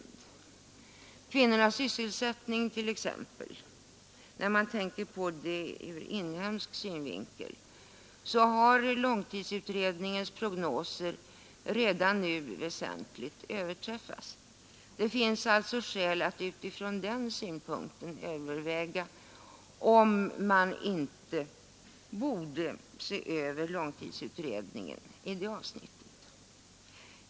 I fråga om kvinnornas sysselsättning har t.ex. långtidsutredningens prognoser redan nu väsentligt överträffats. Det finns alltså skäl att överväga om man inte borde se över långtidsutredningen i det avsnittet.